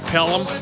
Pelham